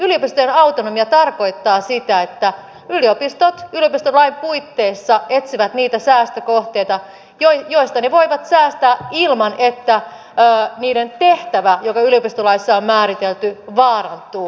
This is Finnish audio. yliopistojen autonomia tarkoittaa sitä että yliopistot yliopistolain puitteissa etsivät niitä säästökohteita joista ne voivat säästää ilman että niiden tehtävä joka yliopistolaissa on määritelty vaarantuu